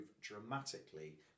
dramatically